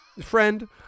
friend